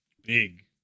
big